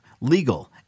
legal